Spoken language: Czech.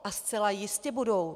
A zcela jistě budou.